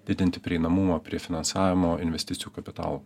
didinti prieinamumą prie finansavimo investicijų kapitalo